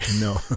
No